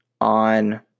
on